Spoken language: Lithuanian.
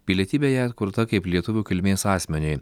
pilietybė jai atkurta kaip lietuvių kilmės asmeniui